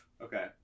okay